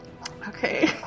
Okay